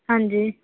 ਹਾਂਜੀ